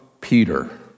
Peter